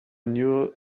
new